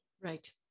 Right